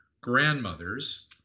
grandmothers